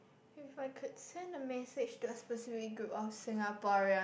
if I could send a message to a specific group of Singaporean